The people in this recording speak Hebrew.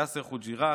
יאסר חוג'יראת,